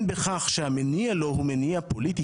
אין בכך שהמניע לו הוא מניע פוליטי